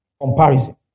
Comparison